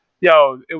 yo